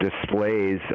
displays